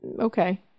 okay